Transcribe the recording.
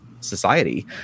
society